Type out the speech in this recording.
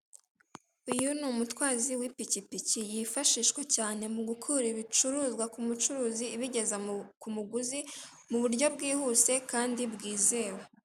Uyu ni umutwazi w'ipikipiki yifashishwa cyane mu gukura ibicuruzwa ku mucuruzi ibigeza ku muguzi mu buryo bwihuse kandi bwizewe.